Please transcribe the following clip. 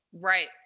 Right